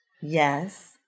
Yes